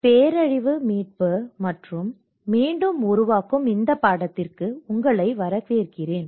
பேரழிவு மீட்பு மற்றும் மீண்டும் உருவாக்கும் இந்த பாடத்திற்கு உங்களை வரவேற்கிறேன்